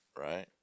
Right